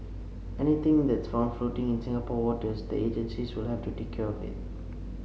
anything that's found floating in Singapore waters the agencies will have to take care of it